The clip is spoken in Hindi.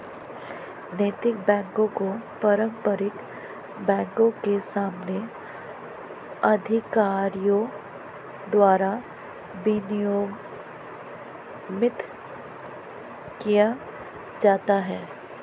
नैतिक बैकों को पारंपरिक बैंकों के समान अधिकारियों द्वारा विनियमित किया जाता है